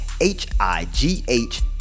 h-i-g-h